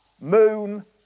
moon